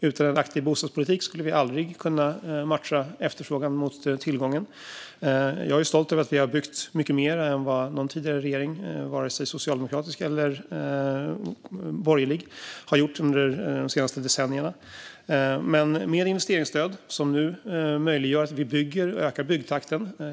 Utan en aktiv bostadspolitik skulle vi aldrig kunna matcha efterfrågan mot tillgången. Jag är stolt över att vi har byggt mycket mer än vad någon tidigare regering, socialdemokratisk eller borgerlig, har gjort under de senaste decennierna. Investeringsstöd möjliggör nu att vi bygger och ökar byggtakten.